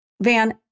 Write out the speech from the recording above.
van